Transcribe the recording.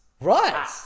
Right